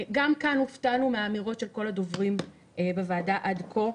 גם כאן הופתענו מהאמירות של כל הדוברים בוועדה עד כה.